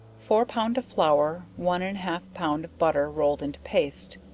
four pound of flour, one and half pound of butter rolled into paste,